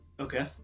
Okay